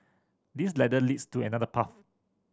this ladder leads to another path